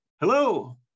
hello